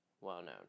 well-known